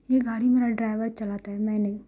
یہ گاڑی میرا ڈرائیور چلاتا ہے میں نہیں